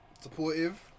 Supportive